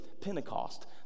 Pentecost